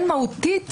הן מהותית,